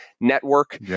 network